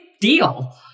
deal